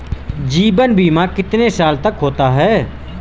जीवन बीमा कितने साल तक का होता है?